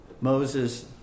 Moses